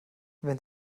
wenn